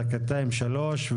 דקתיים שלוש,